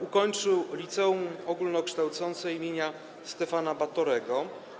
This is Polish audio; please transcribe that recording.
Ukończył Liceum Ogólnokształcące im. Stefana Batorego.